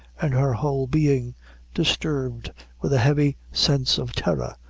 and her whole being disturbed with a heavy sense of terror,